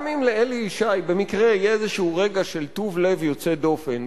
גם אם לאלי ישי במקרה יהיה איזשהו רגע של טוב לב יוצא דופן,